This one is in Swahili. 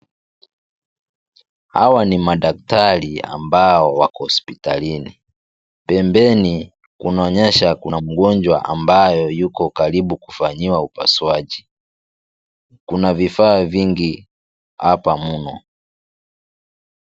Hawa ni madaktari ambao wako hospitalini, pembeni kunaonyesha kuna mgonjwa ambaye yuko karibu kufanyiwa upasuaji, kuna vifaa vingi hapa mno.